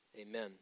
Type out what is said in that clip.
Amen